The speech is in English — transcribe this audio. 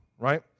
right